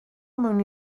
mewn